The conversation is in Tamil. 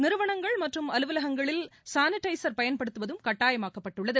நிறுவனங்கள் மற்றும் அலுவலகங்களில் சானிடைச் பயன்படுத்துவதும் கட்டாயமாக்கப்பட்டுள்ளது